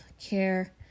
care